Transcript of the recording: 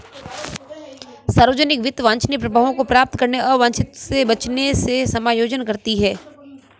सार्वजनिक वित्त वांछनीय प्रभावों को प्राप्त करने और अवांछित से बचने से समायोजन करती है